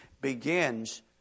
begins